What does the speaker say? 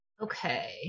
Okay